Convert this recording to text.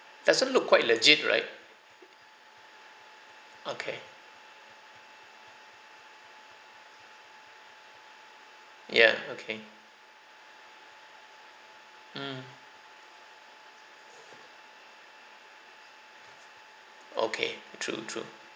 doesn't look quite legit right okay ya okay mm okay true true